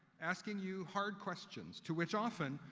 asking you hard questions, to which, often,